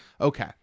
Okay